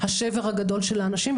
השבר הגדול של האנשים,